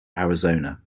arizona